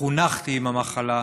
חונכתי עם המחלה.